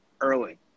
early